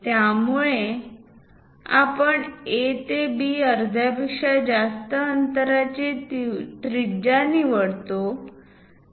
त्यामुळे आपण A ते B अर्ध्यापेक्षा जास्त अंतराची त्रिज्या निवडतो